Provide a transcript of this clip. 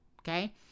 Okay